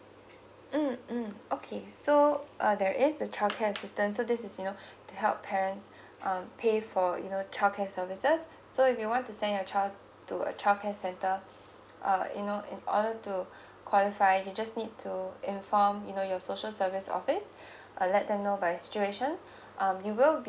mm mm okay so uh there is the child care assistance so this is you know to help parents um pay for you know child care services so if you want to send your child to a child care center uh you know in order to qualify you just need to inform you know your social service office uh let them know by situation um you will be